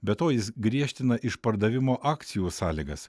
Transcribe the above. be to jis griežtina išpardavimo akcijų sąlygas